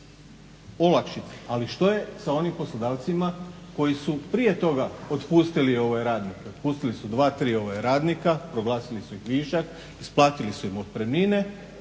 Ali što je sa onim poslodavcima koji su prije toga otpustili radnike, otpustili su dva tri radnika, proglasili su ih višak, isplatili su im otpremnine